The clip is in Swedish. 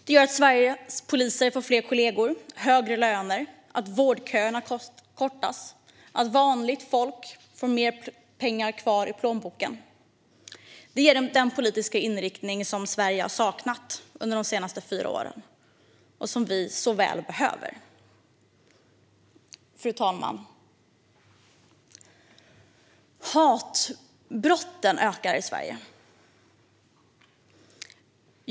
Den gör att Sveriges poliser får fler kollegor och högre löner, att vårdköerna kortas och att vanligt folk får mer pengar kvar i plånboken. Den ger den politiska inriktning som Sverige har saknat de senaste fyra åren och som vi så väl behöver. Fru talman! Hatbrotten ökar i Sverige.